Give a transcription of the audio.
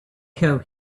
have